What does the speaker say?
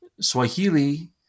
Swahili